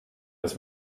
des